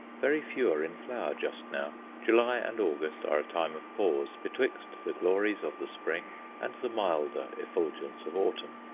very few are in flower just now july and august are a time of pause betwixt the glories of the spring and the milder effulgence of autumn.